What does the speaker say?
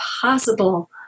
possible